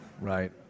Right